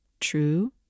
true